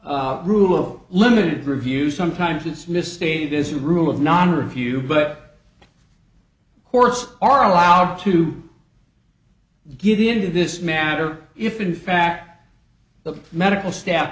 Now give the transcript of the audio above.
rule limited review sometimes it's misstated this rule of non review but courts are allowed to get into this matter if in fact the medical staff